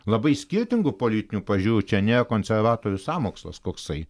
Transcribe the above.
labai skirtingų politinių pažiūrų čia nėra konservatorių sąmokslas koksai